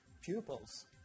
pupils